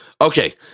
Okay